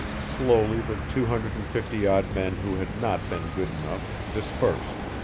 slowly the two hundred and fifty odd men who had not been good enough dispersed,